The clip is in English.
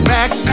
Back